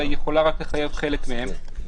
אלא היא יכולה רק לחייב חלק מהם.